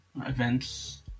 events